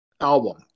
album